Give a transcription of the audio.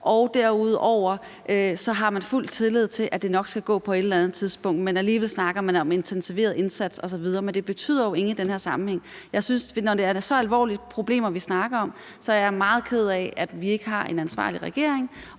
og derudover har man fuld tillid til, at det nok skal gå på et eller andet tidspunkt. Alligevel snakker man om en intensiveret indsats osv., men det betyder jo ingenting i den her sammenhæng. Jeg synes, at når det er så alvorlige problemer, vi snakker om, så er jeg meget ked af, at vi ikke har en ansvarlig regering.